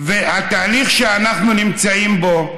והתהליך שאנחנו נמצאים בו,